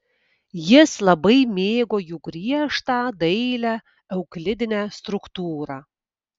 jis labai mėgo jų griežtą dailią euklidinę struktūrą